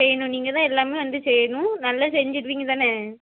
செய்யணும் நீங்கள் தான் எல்லாமே வந்து செய்யணும் நல்லா செஞ்சுடுவீங்க தானே